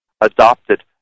adopted